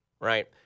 right